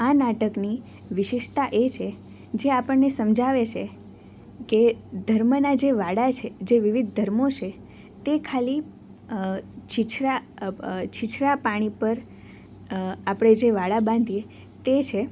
આ નાટકની વિશેષતા એ છે જે આપણને સમજાવે છે કે ધર્મના જે વાડા છે જે વિવિધ ધર્મો છે તે ખાલી છીછરા પાણી પર આપણે જે વાડા બાંધીએ તે છે